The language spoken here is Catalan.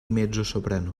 mezzosoprano